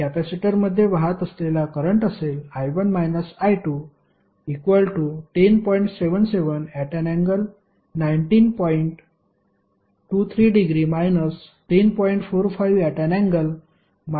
कॅपेसिटरमध्ये वाहत असलेला करंट असेल I1 − I2 10